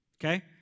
Okay